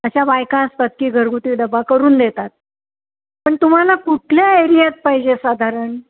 अशा बायका असतात की घरगुती डबा करून देतात पण तुम्हाला कुठल्या एरियात पाहिजे साधारण